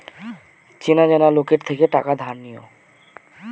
চেনা জানা লোকের থেকে টাকা ধার নিও